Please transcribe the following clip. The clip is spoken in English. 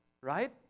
right